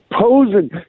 posing